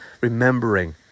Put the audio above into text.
remembering